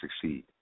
succeed